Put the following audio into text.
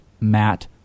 Matt